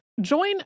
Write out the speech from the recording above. Join